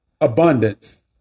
abundance